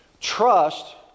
Trust